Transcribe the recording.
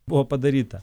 buvo padaryta